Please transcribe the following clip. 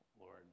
Lord